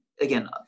again